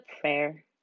prayer